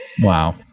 Wow